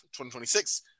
2026